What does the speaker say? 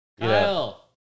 Kyle